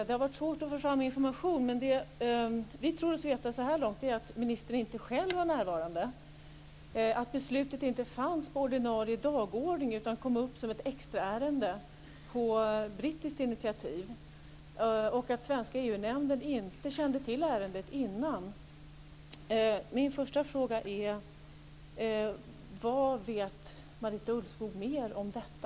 Det har varit svårt att få fram information, men det vi tror oss veta så här långt är att ministern inte själv var närvarande, att beslutet inte fanns på ordinarie dagordning utan kom upp som ett extraärende på brittiskt initiativ och att svenska EU-nämnden inte kände till ärendet innan. Min första fråga är: Vad vet Marita Ulvskog mer om detta?